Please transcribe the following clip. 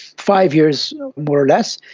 five years more or less,